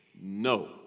no